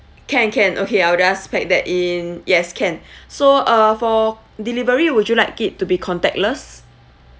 can can okay I'll just pack that in yes can so uh for delivery would you like it to be contactless